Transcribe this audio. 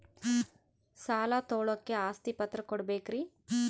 ಸಾಲ ತೋಳಕ್ಕೆ ಆಸ್ತಿ ಪತ್ರ ಕೊಡಬೇಕರಿ?